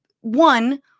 one